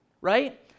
right